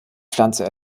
pflanze